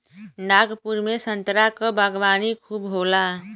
नागपुर में संतरा क बागवानी खूब होला